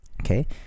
okay